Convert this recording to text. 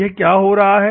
यह क्या हो रहा है